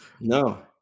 No